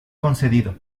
concedido